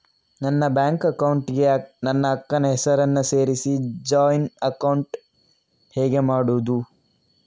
ನನ್ನ bank account ಗೆ ನನ್ನ ಅಕ್ಕ ನ ಹೆಸರನ್ನ ಸೇರಿಸಿ ಜಾಯಿನ್ ಅಕೌಂಟ್ ಹೇಗೆ ಮಾಡುದು?